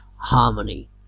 Harmony